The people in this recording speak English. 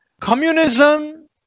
communism